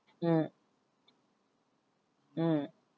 mm mm